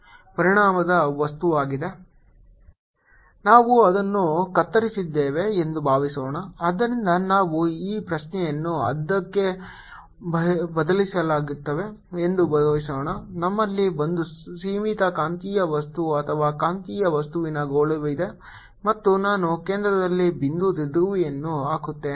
Minduced∝ B ನಾವು ಅದನ್ನು ಕತ್ತರಿಸಿದ್ದೇವೆ ಎಂದು ಭಾವಿಸೋಣ ಆದ್ದರಿಂದ ನಾವು ಈ ಪ್ರಶ್ನೆಯನ್ನು ಅದಕ್ಕೆ ಬದಲಾಯಿಸುತ್ತೇವೆ ಎಂದು ಭಾವಿಸೋಣ ನಮ್ಮಲ್ಲಿ ಒಂದು ಸೀಮಿತ ಕಾಂತೀಯ ವಸ್ತು ಅಥವಾ ಕಾಂತೀಯ ವಸ್ತುವಿನ ಗೋಳವಿದೆ ಮತ್ತು ನಾನು ಕೇಂದ್ರದಲ್ಲಿ ಬಿಂದು ದ್ವಿಧ್ರುವಿಯನ್ನು ಹಾಕುತ್ತೇನೆ